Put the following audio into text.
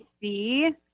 see